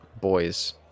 boys